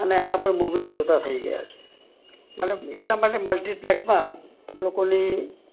અને એના પર મૂવીઝ જોતા થઇ ગયા છે અને એટલા માટે મલ્ટીપ્લેક્ષમાં લોકોની